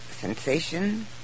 sensation